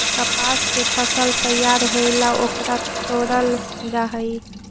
कपास के फसल तैयार होएला ओकरा तोडल जा हई